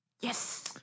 Yes